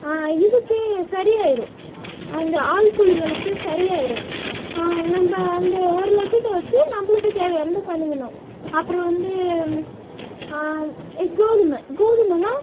இதுக்கே சரி ஆயிடும் அந்த ஆள் கூலிங்களுக்கே சரியாயிடும் நம்ம அந்த ஒரு லட்சத்தை வச்சே நம்மளுக்கு தேவையானத பண்ணிக்கணும் அப்புறம் வந்து கோதுமை கோதுமைனா